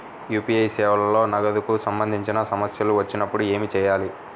UPI సేవలలో నగదుకు సంబంధించిన సమస్యలు వచ్చినప్పుడు ఏమి చేయాలి?